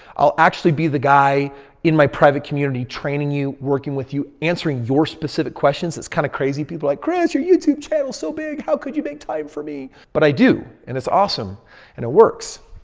i'll actually be the guy in my private community training you working with you. answering your specific questions. that's kind of crazy people. like, kris your youtube channel so big, how could you make time for me? but i do. and it's awesome and it works.